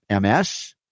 MS